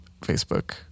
Facebook